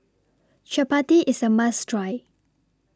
Chapati IS A must Try